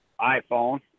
iPhone